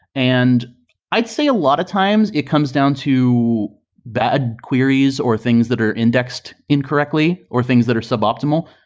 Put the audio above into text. and i'd say a lot of times it comes down to bad queries or things that are indexed incorrectly, or things that are suboptimal.